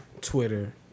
Twitter